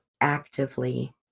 actively